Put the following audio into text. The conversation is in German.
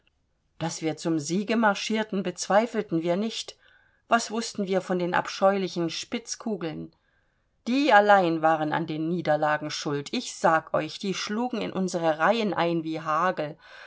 daß wir zum siege marschierten bezweifelten wir nicht was wußten wir von den abscheulichen spitzkugeln die allein waren an den niederlagen schuld ich sag euch die schlugen in unsere reihen ein wie hagel